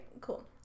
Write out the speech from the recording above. cool